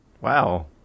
Wow